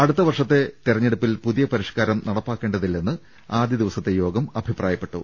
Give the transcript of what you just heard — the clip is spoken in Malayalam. അടുത്ത വർഷത്തെ തെരഞ്ഞെടുപ്പിൽ പുതിയ പരി ഷ്ക്കാരം നടപ്പാക്കേണ്ടതില്ലെന്ന് ആദ്യദിവസത്തെ യോഗം അഭിപ്രായപ്പെട്ടു